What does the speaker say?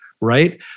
right